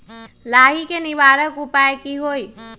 लाही के निवारक उपाय का होई?